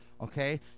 Okay